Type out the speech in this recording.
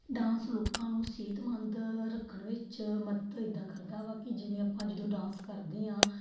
dance ਲੋਕਾਂ ਨੂੰ ਸਿਹਤਮੰਦ ਰੱਖਣ ਵਿੱਚ ਮਦਦ ਇੱਦਾਂ ਕਰਦਾ ਵਾ ਕਿ ਜਿਵੇਂ ਆਪਾਂ ਜਦੋਂ ਡਾਂਸ ਕਰਦੇ ਹਾਂ